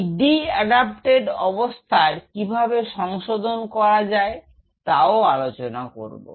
এই D adapted অবস্থার কিভাবে সংশোধন করা যায় তাও আলোচনা করব